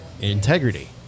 integrity